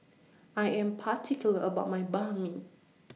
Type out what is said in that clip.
I Am particular about My Banh MI